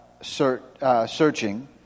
searching